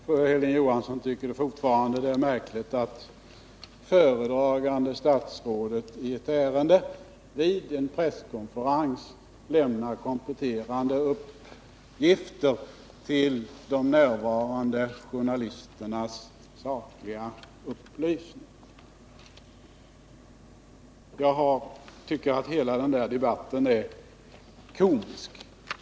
Herr talman! Hilding Johansson tycker fortfarande att det är märkligt att föredragande statsrådet i ett ärende vid en presskonferens lämnar kompletterande uppgifter till de närvarande journalisternas sakliga upplysning. Jag tycker att hela den debatten är komisk.